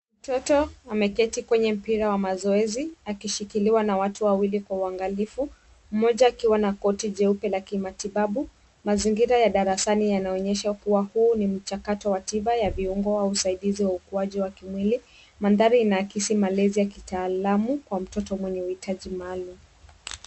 Mtoto ameketi kwenye mpira wa mazoezi akishikiliwa na watu wawili kwa uangalifu. Mmoja akiwa na koti jeupe la kimatibabu. Mazingira ya darasani yanaonyesha kuwa huu ni mchakato wa tiba ya viungo au usaidizi wa ukuaji wa kimwili. Mandhari inaakisi malezi ya kitaalamu kwa mtoto mwenye mahitaji maalum.